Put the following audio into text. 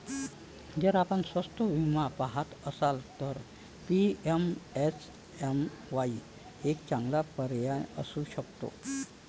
जर आपण स्वस्त विमा पहात असाल तर पी.एम.एस.एम.वाई एक चांगला पर्याय असू शकतो